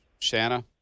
Shanna